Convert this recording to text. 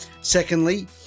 Secondly